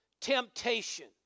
temptation